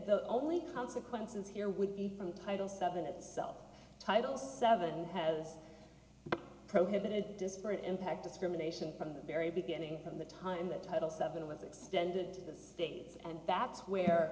the only consequences here would be from title seven itself title seven has prohibited disparate impact discrimination from the very beginning from the time that title seven was extended to the states and that's where